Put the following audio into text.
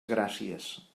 gràcies